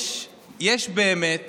יש באמת